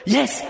Yes